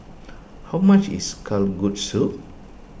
how much is Kalguksu